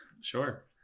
Sure